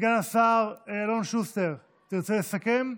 סגן השר אלון שוסטר, תרצה לסכם?